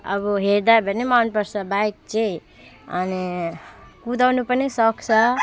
अब हेर्दा पनि मनपर्छ बाइक चाहिँ अनि कुदाउन पनि सक्छु